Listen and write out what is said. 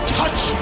touch